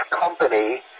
company